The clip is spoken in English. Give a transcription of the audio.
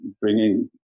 bringing